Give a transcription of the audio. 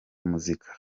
muzika